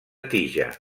tija